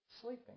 sleeping